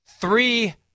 Three